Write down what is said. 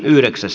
asia